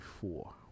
four